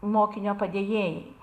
mokinio padėjėjai